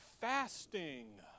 fasting